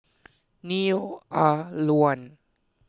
Neo Ah Luan